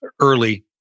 early